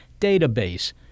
database